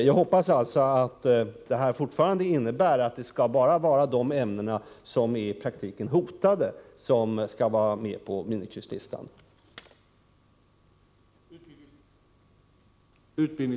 Jag hoppas alltså att det bara är ämnen som i praktiken är ”hotade” som skall vara med på minikrysslistan.